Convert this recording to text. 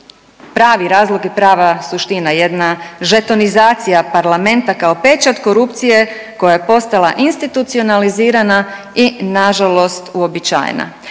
pravi razlog i prva suština, jedna žetonizacija parlamenta kao pečat korupcije koja je postala institucionalizirana i nažalost uobičajena,